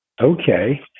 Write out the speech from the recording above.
Okay